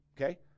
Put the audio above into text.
Okay